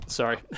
sorry